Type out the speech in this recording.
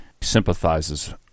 sympathizes